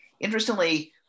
interestingly